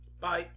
Bye